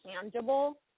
tangible